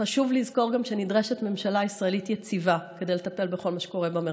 חשוב לזכור גם שנדרשת ממשלה ישראלית יציבה כדי לטפל בכל מה שקורה במרחב.